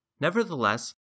Nevertheless